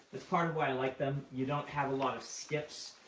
that's part of why i like them. you don't have a lot of skips.